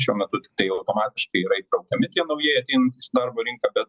šiuo metu tai automatiškai yra įtraukiami tie naujieji ateinantys į darbo rinką bet